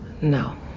No